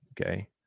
okay